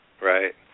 Right